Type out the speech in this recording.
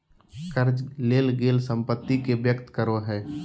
कर्ज लेल गेल संपत्ति के व्यक्त करो हइ